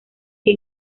que